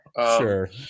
Sure